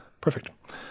perfect